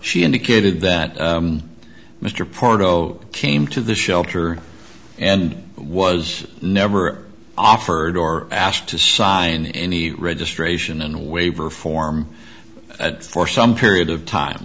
she indicated that mr pardo came to the shelter and was never offered or asked to sign any registration and waiver form for some period of time